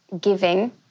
giving